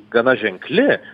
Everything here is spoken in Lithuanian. gana ženkli